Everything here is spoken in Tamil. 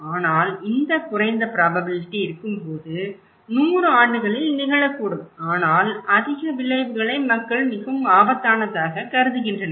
ஆனால் இந்த குறைந்த ப்ராபபிலிட்டி இருக்கும்போது 100 ஆண்டுகளில் நிகழக்கூடும் ஆனால் அதிக விளைவுகளை மக்கள் மிகவும் ஆபத்தானதாக கருதுகின்றனர்